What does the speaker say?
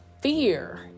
fear